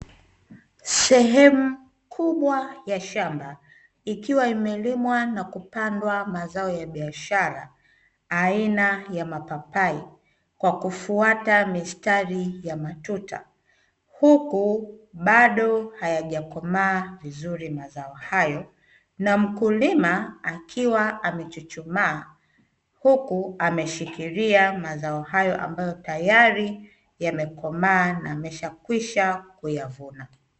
Sehemu kubwa ya shamba, ikiwa imelimwa na kupandwa mazao ya biashara aina ya mapapai, kwa kufuata mistari ya matuta, huku bado hayajakomaa vizuri mazao hayo na mkulima akiwa amechuchumaa, huku ameshikilia mazao hayo ambayo tayari yamekomaa na ameshakwisha kuyavuna.